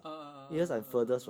ah ah ah ah ah ah ah ah